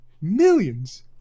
Millions